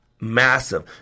Massive